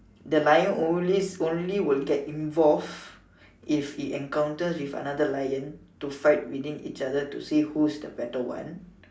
the lion always only will get involve if it encounters with another lion to fight within each other to see who's the better one